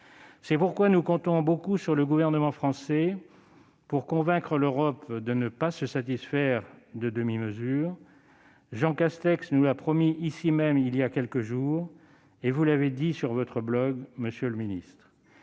C'est pourquoi nous comptons beaucoup sur le gouvernement français pour convaincre l'Europe de ne pas se satisfaire de demi-mesures. Jean Castex nous l'a promis ici même il y a quelques jours, et vous l'avez dit sur votre blog, monsieur le secrétaire